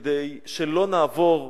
כדי שלא נעבור לסדר-היום.